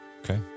Okay